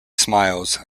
smiles